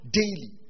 daily